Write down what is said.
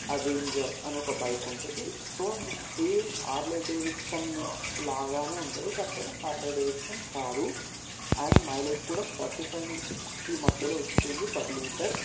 Avenger అని ఒక bike ఉంటుంది సో అది సేమ్ హార్లీ డేవిడ్సన్ లాగానే ఉంటుంది కాకపోతే హాలిడే డేవిడ్సన్ కాదు అండ్ మైలేజ్ కూడా ఫార్టీ ఫైవ్ నుంచి ఫిఫ్టీ మధ్యలో ఇస్తుంది పర్ లీటర్